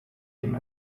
him